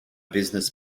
business